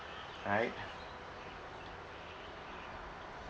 right